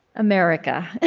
america,